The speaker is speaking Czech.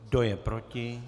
Kdo je proti?